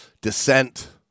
descent